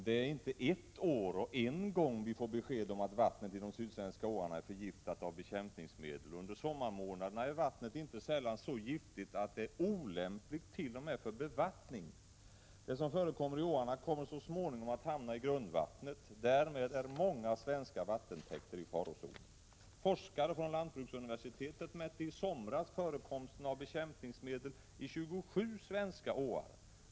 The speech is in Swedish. Det är inte ett år och en gång vi får besked om att vattnet i de sydsvenska åarna är förgiftat av bekämpningsmedel. Under sommarmånaderna är vattnet inte sällan så giftigt att det är olämpligt t.o.m. för bevattning. Det som förekommer i åarna kommer så småningom att hamna i grundvattnet. Därmed är många svenska vattentäkter i farozonen. Forskare från lantbruksuniversitetet mätte i somras förekomsten av bekämpningsmedel i 27 svenska åar.